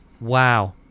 wow